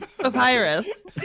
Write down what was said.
Papyrus